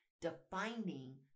defining